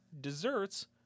desserts